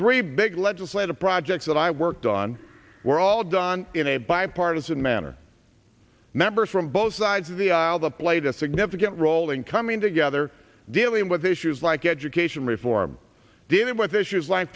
three big legislative projects that i worked on were all done in a bipartisan manner members from both sides of the aisle the played a significant role in coming together dealing with issues like education reform dealing with issues like